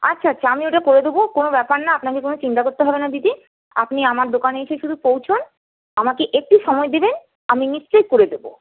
আচ্ছা আচ্ছা আমি ওটা করে দেব কোনো ব্যাপার না আপনাকে কোনো চিন্তা করতে হবে না দিদি আপনি আমার দোকানে এসে শুধু পৌঁছোন আমাকে একটু সময় দেবেন আমি নিশ্চই করে দেব